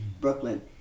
Brooklyn